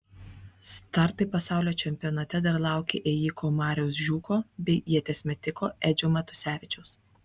startai pasaulio čempionate dar laukia ėjiko mariaus žiūko bei ieties metiko edžio matusevičiaus